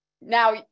Now